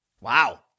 Wow